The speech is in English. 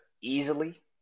easily